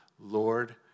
Lord